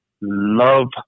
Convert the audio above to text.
love